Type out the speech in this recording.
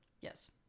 Yes